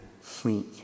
sweet